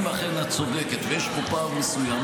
אם את אכן צודקת ויש פה פער מסוים,